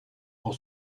pour